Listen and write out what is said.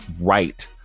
right